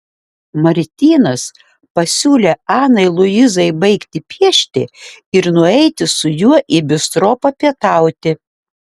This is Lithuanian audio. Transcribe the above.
martynas pasiūlė anai luizai baigti piešti ir nueiti su juo į bistro papietauti